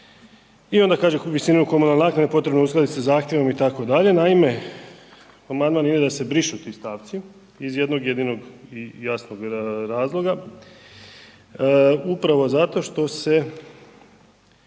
I onda kaže visina komunalne naknade potrebno je uskladiti sa zahtjevom itd., naime, amandman ide da se brišu ti stavci iz jednog jedinog i jasno razloga, upravo zato što se